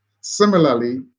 Similarly